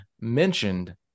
mentioned